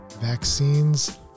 vaccines